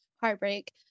heartbreak